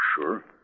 Sure